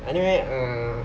anyway uh